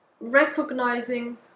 recognizing